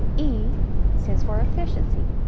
e stands for efficiency.